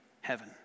heaven